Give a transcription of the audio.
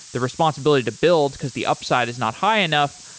the responsibility to build, because the upside is not high enough,